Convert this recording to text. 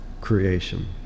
creation